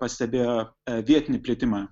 pastebėjo vietinį plitimą